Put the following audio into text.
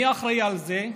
מי אחראי על זה?